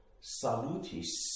salutis